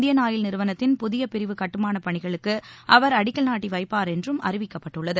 Indian Oil நிறுவனத்தின் புதிய பிரிவு கட்டுமான பணிகளுக்கு அவர் அடிக்கல் நாட்டி வைப்பார் என்றும் அறிவிக்கப்பட்டுள்ளது